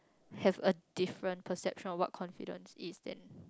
have a different perception of what confidence is and